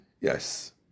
Yes